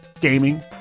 gaming